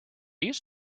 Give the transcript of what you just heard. used